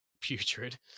putrid